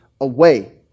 away